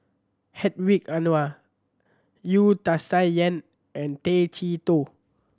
Hedwig Anuar Wu Tsai Yen and Tay Chee Toh